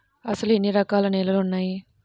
అసలు ఎన్ని రకాల నేలలు వున్నాయి?